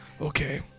Okay